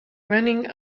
running